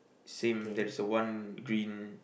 same there's a one green